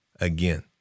Again